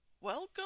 Welcome